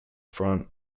front